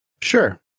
Sure